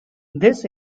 this